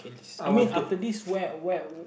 I want to